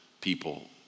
people